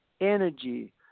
energy